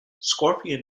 scorpion